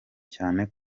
cyane